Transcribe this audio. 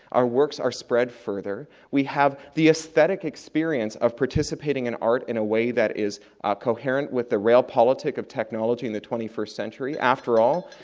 our works are spread further, we have the aesthetic experience of participating in art in a way that is ah coherent with the realpolitik of technology in the twenty first century. after all,